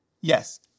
yes